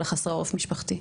על חסרי העורף המשפחתי,